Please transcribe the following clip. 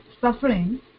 suffering